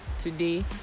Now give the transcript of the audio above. today